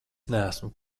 neesmu